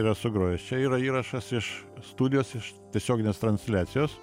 yra sugrojęs čia yra įrašas iš studijos iš tiesioginės transliacijos